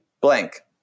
blank